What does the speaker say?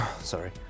Sorry